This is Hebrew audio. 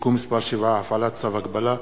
(תיקון מס' 7) (הפעלת צו הגבלה),